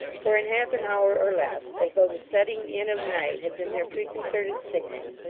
for in half an hour, or less, as though the setting in of night had been their preconcerted signal,